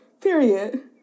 Period